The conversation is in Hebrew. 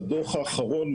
בדוח האחרון,